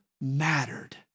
mattered